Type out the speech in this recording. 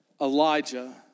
Elijah